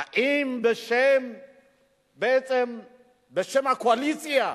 האם בעצם בשם הקואליציה,